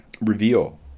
reveal